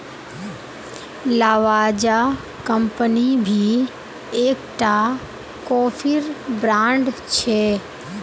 Lavazza company भी एक टा कोफीर ब्रांड छे